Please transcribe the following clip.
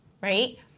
right